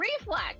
reflex